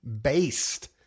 based